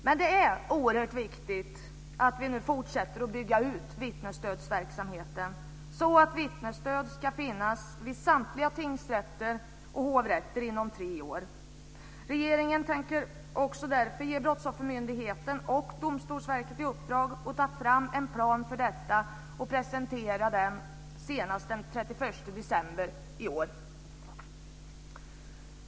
Det är alltså oerhört viktigt att vi nu fortsätter att bygga ut vittnesstödsverksamheten så att vittnesstöd finns vid samtliga tingsrätter och hovrätter inom tre år. Regeringen tänker därför ge Brottsoffermyndigheten och Domstolsverket i uppdrag att ta fram en plan för detta, och presentera den senast den 31 december i år.